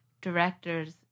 directors